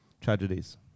tragedies